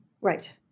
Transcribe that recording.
Right